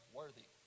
worthy